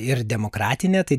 ir demokratinė tai